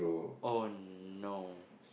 oh no